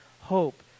hope